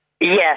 Yes